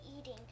eating